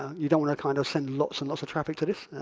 you don't want to kind of send lots and lots of traffic to this.